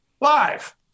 live